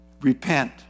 Repent